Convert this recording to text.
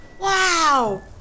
Wow